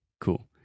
cool